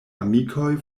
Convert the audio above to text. amikoj